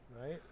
Right